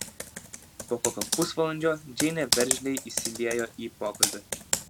po kokio pusvalandžio džeinė veržliai įsiliejo į pokalbį